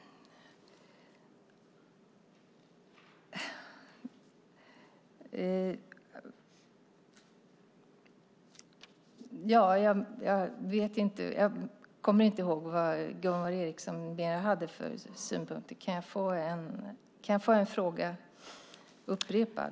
Jag kommer inte ihåg vad Gunvor G Ericson mer hade för synpunkter. Kan jag få en fråga upprepad?